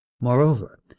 Moreover